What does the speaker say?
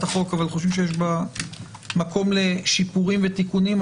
החוק אבל חושבים שיש בה מקום לשיפורים ותיקונים,